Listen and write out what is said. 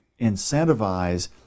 incentivize